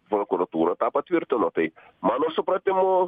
prokuratūra tą tvirtino tai mano supratimu